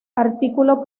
artículo